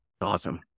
Awesome